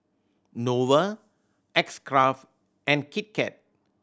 Nova X Craft and Kit Kat